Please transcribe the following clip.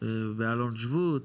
באלון שבות,